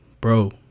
bro